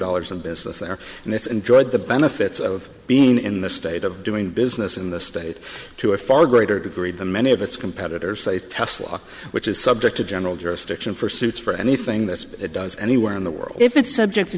dollars of business there and it's enjoyed the benefits of being in the state of doing business in the state to a far greater degree than many of its competitors say tesla which is subject to general jurisdiction for suits for anything that does anywhere in the world if it's subject